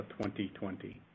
2020